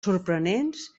sorprenents